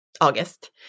August